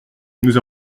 nous